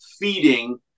feeding